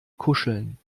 kuscheln